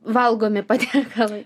valgomi patiekalai